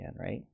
right